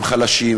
הם חלשים,